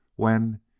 when,